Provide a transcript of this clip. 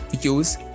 use